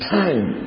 time